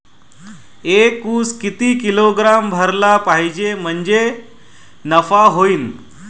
एक उस किती किलोग्रॅम भरला पाहिजे म्हणजे नफा होईन?